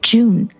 June